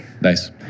nice